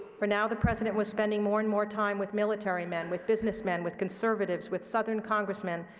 for now the president was spending more and more time with military men, with businessmen, with conservatives, with southern congressmen,